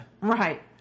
Right